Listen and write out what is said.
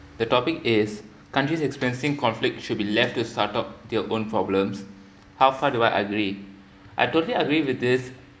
the topic is countries experiencing conflict should be left to settle their own problems how far do I agree I totally agree with this